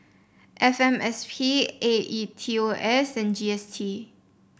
F M S P A E T O S and G S T